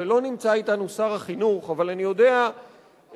ולא נמצא אתנו שר החינוך אבל אני יודע לומר